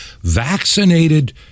Vaccinated